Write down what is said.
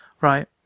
Right